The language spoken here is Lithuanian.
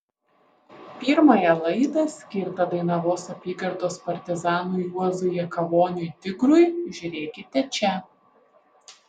pirmąją laidą skirtą dainavos apygardos partizanui juozui jakavoniui tigrui žiūrėkite čia